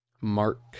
Mark